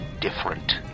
different